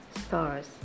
stars